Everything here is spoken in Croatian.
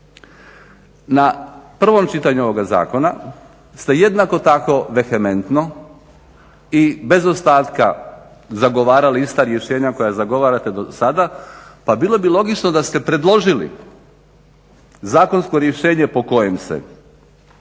Na prvom čitanju ovoga zakona ste jednako tako vehementno i bez ostatka zagovarali ista rješenja koja zagovarate i sada pa bilo bi logično da ste predložili zakonsko rješenje po kojem se